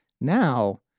now